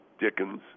Dickens